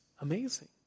amazing